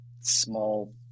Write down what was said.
small